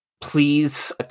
Please